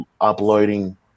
uploading